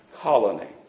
colony